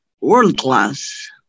world-class